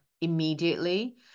immediately